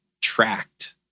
tracked